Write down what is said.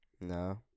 no